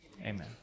amen